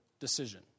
decision